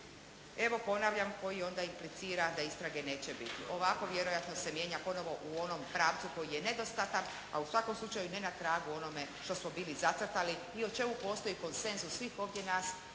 evo ponavljam koji onda implicira da istrage neće biti. Ovako vjerojatno se mijenja ponovo u onom pravcu koji je nedostatan a u svakom slučaju ne na tragu onome što smo bili zacrtali i o čemu postoji konsenzus svih ovdje nas